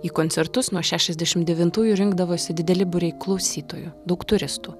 į koncertus nuo šešiasdešim devintųjų rinkdavosi dideli būriai klausytojų daug turistų